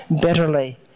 bitterly